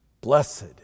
Blessed